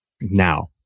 now